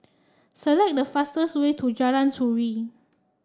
select the fastest way to Jalan Turi